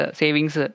savings